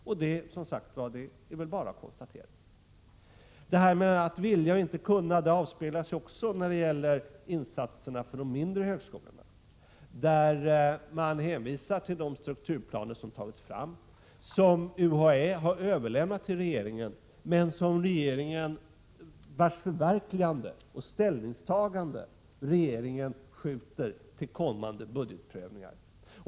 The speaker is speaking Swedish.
Det är som sagt bara att konstatera det. Att vilja och inte kunna avspeglas också i insatserna för de mindre högskolorna. Det hänvisas till de strukturplaner som tagits fram och som UHÄ har överlämnat till regeringen, men ställningstagandet skjuter regeringen till kommande budgetprövningar.